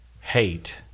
hate